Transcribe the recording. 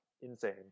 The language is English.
insane